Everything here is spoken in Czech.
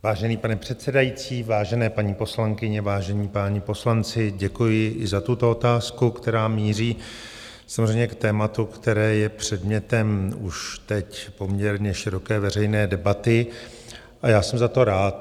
Vážený pane předsedající, vážené paní poslankyně, vážení páni poslanci, děkuji i za tuto otázku, která míří samozřejmě k tématu, které je předmětem už teď poměrně široké veřejné debaty, a já jsem za to rád.